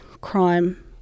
crime